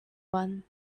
one